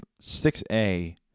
6A